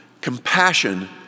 compassion